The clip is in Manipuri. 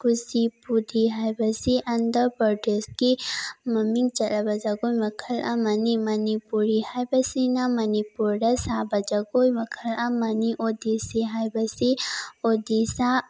ꯀꯤꯆꯤꯄꯨꯗꯤ ꯍꯥꯏꯕꯁꯤ ꯑꯟꯗ꯭ꯔ ꯄ꯭ꯔꯗꯦꯁꯀꯤ ꯃꯃꯤꯡ ꯆꯠꯂꯕ ꯖꯒꯣꯏ ꯃꯈꯜ ꯑꯃꯅꯤ ꯃꯅꯤꯄꯨꯔꯤ ꯍꯥꯏꯕꯁꯤꯅ ꯃꯅꯤꯄꯨꯔꯗ ꯁꯥꯕ ꯖꯒꯣꯏ ꯃꯈꯜ ꯑꯃꯅꯤ ꯑꯣꯗꯤꯁꯤ ꯍꯥꯏꯕꯁꯤ ꯑꯣꯗꯤꯁꯥ